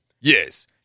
Yes